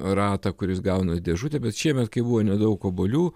ratą kuris gauna dėžutę bet šiemet kai buvo nedaug obuolių